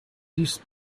this